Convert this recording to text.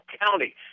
County